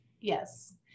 Yes